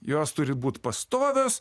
jos turi būt pastovios